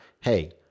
Hey